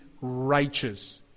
righteous